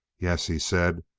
yes, he said,